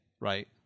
right